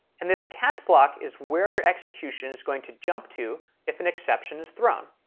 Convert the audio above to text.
and this catch block is where your execution is going to jump to if an exception is thrown.